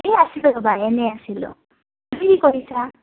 এই আছিলোঁ ৰবা এনেই আছিলোঁ কি কৰিছা